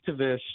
activists